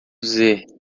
dizer